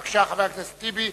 בבקשה, חבר הכנסת טיבי.